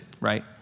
right